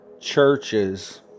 churches